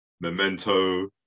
Memento